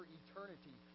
eternity